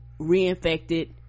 reinfected